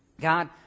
God